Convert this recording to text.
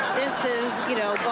this is, you know,